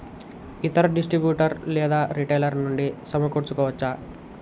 ఇతర డిస్ట్రిబ్యూటర్ లేదా రిటైలర్ నుండి సమకూర్చుకోవచ్చా?